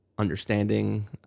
understanding